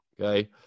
okay